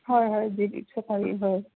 হয় হয় jeep safari হয়